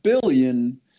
billion